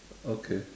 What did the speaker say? okay